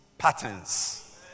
Patterns